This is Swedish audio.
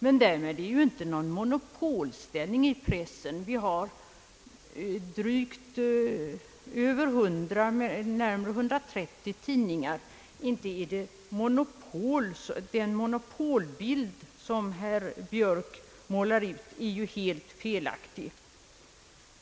Men därmed har det inte uppstått någon monopolställning i pressen. Vi har närmare 130 tidningar i landet. Den monopolbild som herr Björk målar ut är felaktig.